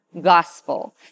gospel